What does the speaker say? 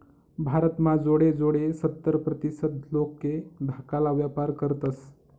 भारत म्हा जोडे जोडे सत्तर प्रतीसत लोके धाकाला व्यापार करतस